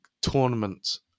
tournament